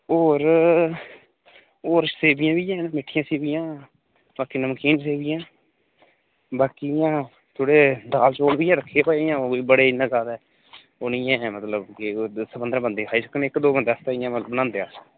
होर होर सेवियां बी हैन मिट्ठियां सेवियां बाकी नमकीन सेवियां बाकी इ'यां थोह्ड़े दाल चौल बी ऐ रक्खे दा इ'यां कोई बड़े इन्ना ज्यादा ओह् नि ऐ मतलब के दस पंदरा बंदे खाई सकने इक दो बंदे आस्तै इ'यां मतलब बनांदे अस